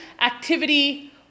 activity